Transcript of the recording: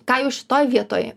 ką jūs šitoj vietoj